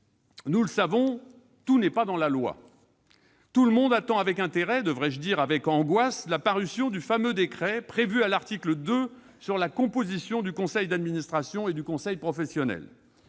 Nous le savons, tout n'est pas dans la loi. Tout le monde attend avec intérêt- avec angoisse, devrais-je dire -la parution du fameux décret prévu à l'article 2 sur la composition du conseil d'administration et du conseil professionnel.